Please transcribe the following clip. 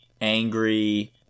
angry